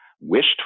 wished